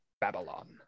Babylon